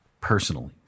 personally